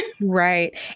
Right